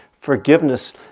Forgiveness